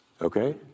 Okay